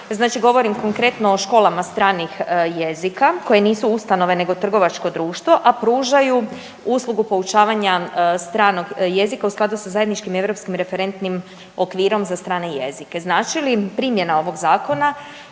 Znači govorim konkretno o školama stranih jezika koje nisu ustanove nego trgovačko društvo, a pružaju uslugu poučavanja stranog jezika u skladu sa zajedničkim europskim referentnim okvirom za strane jezike. Znači li primjena ovog zakona